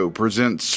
presents